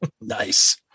Nice